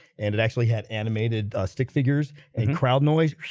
and it actually had animated stick figures and crowd noise